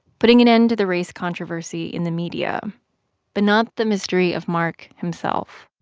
putting an end to the race controversy in the media but not the mystery of mark himself